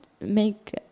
make